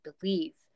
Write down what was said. believe